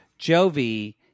Jovi